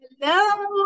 Hello